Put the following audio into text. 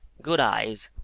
good eyes,